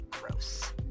gross